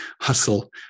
hustle